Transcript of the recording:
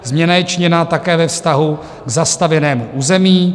Změna je činěna také ve vztahu k zastavěnému území.